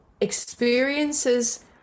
experiences